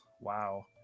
Wow